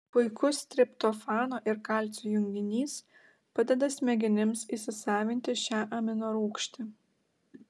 puikus triptofano ir kalcio junginys padeda smegenims įsisavinti šią aminorūgštį